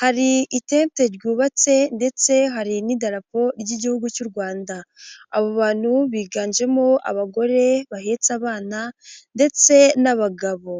hari itente ryubatse ndetse hari n'idarapo ry'igihugu cy'u Rwanda, abo bantu biganjemo abagore bahetse abana ndetse n'abagabo.